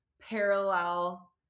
parallel